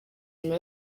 nyuma